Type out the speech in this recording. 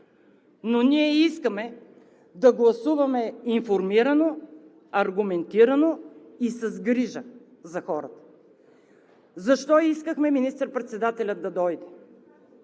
Но ние искаме да гласуваме информирано, аргументирано и с грижа за хората! Защо искахме министър-председателят да дойде,